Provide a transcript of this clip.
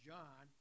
John